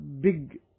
big